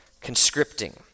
conscripting